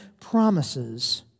promises